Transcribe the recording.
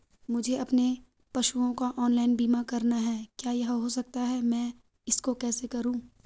मुझे अपने पशुओं का ऑनलाइन बीमा करना है क्या यह हो सकता है मैं इसको कैसे करूँ?